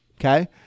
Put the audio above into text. Okay